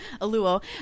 Aluo